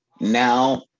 now